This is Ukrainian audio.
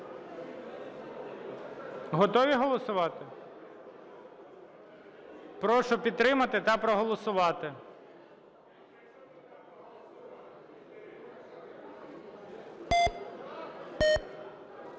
Готові голосувати? Прошу підтримати та проголосувати.